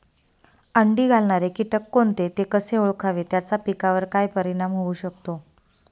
अंडी घालणारे किटक कोणते, ते कसे ओळखावे त्याचा पिकावर काय परिणाम होऊ शकतो?